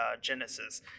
genesis